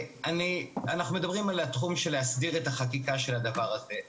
אנחנו מדברים על הסדרת החקיקה של הדבר הזה.